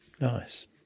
nice